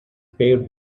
paved